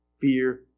fear